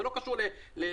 זה לא קשור לגזע,